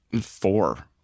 four